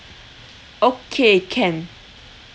okay can